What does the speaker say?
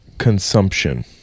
consumption